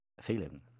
Feeling